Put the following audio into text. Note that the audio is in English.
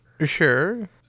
Sure